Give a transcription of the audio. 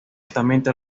altamente